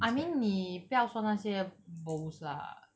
I mean 你不要说那些 bowls lah